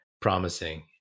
promising